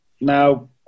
Now